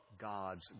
God's